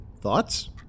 thoughts